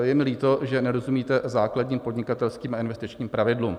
Je mi líto, že nerozumíte základním podnikatelským a investičním pravidlům.